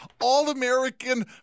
all-American